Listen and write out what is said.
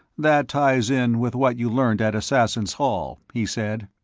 that ties in with what you learned at assassins' hall, he said.